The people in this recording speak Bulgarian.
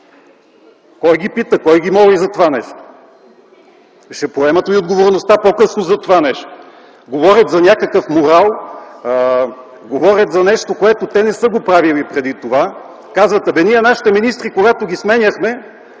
Кой ги пита? Кой ги моли за това нещо? Ще поемат ли отговорността по-късно за това нещо? Говорят за някакъв морал, говорят за нещо, което те не са правили преди това. Казват: нашите министри, когато ги сменяхме,